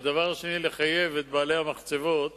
הדבר השני, לחייב את בעלי המחצבות